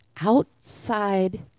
outside